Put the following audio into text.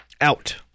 out